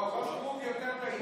יותר טעים.